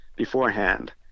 beforehand